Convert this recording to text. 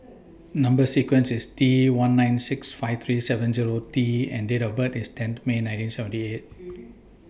Number sequence IS T one nine six five three seven Zero T and Date of birth IS ten May nineteen seventy eight